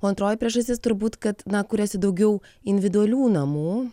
o antroji priežastis turbūt kad na kuriasi daugiau individualių namų